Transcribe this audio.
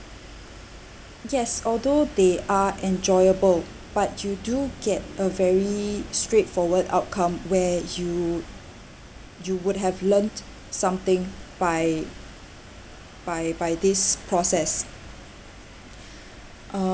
yes although they are enjoyable but you do get a very straightforward outcome where you you would have learnt something by by by this process